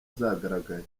zagaragaye